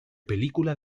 película